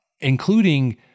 including